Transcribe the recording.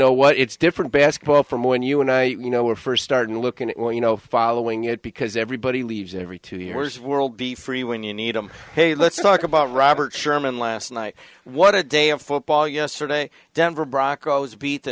know what it's different basketball from when you and i you know were first starting looking at you know following it because everybody leaves every two years world be free when you need them hey let's talk about robert sherman last night what a day of football yesterday denver broncos beat the